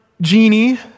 genie